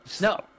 no